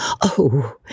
Oh